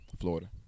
Florida